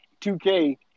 2K